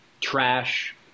trash